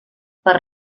per